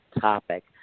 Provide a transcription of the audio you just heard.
topic